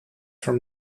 from